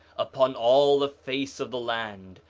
upon all the face of the land,